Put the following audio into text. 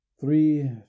three